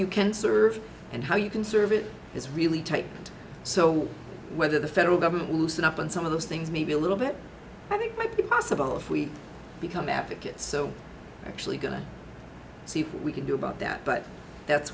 you can serve and how you can serve it is really take so whether the federal government loosen up on some of those things maybe a little bit i think might be possible if we become advocates so actually going to see if we can do about that but that's